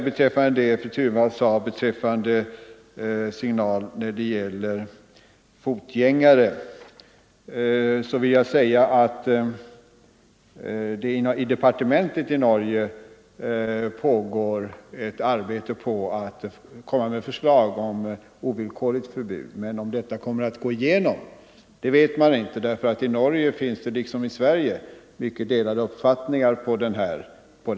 Beträffande det som fru Thunvall sade om fotgängarna och signalljusen vill jag framhålla att man i Norge på departementsnivå är i färd med att utarbeta förslag till ovillkorligt förbud att gå mot rött ljus men att man inte vet om detta kommer att godtas. Det finns i Norge liksom i Sverige mycket delade uppfattningar på denna punkt.